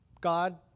God